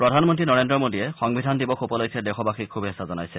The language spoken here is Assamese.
প্ৰধানমন্ত্ৰী নৰেন্দ্ৰ মোদীয়ে সংবিধান দিৱস উপলক্ষে দেশৱাসীক শুভেচ্ছা জনাইছে